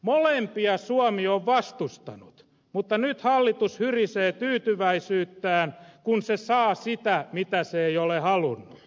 molempia suomi on vastustanut mutta nyt hallitus hyrisee tyytyväisyyttään kun se saa sitä mitä se ei ole halunnut